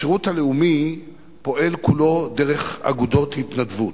השירות הלאומי פועל כולו דרך אגודות התנדבות.